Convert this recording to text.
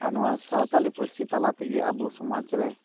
ᱟᱨ ᱱᱚᱣᱟ ᱥᱟᱶᱛᱟᱞᱤ ᱯᱟᱹᱨᱥᱤ ᱛᱟᱞᱟ ᱛᱮᱜᱮ ᱟᱵᱚ ᱥᱚᱢᱟᱡᱽᱨᱮ